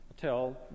tell